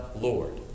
Lord